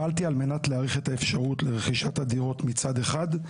פעלתי על מנת להאריך את האפשרות לרכישת הדירות מצד אחד,